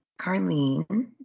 Carlene